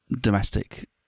domestic